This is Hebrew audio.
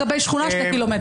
לגבי שכונה שני קילומטרים.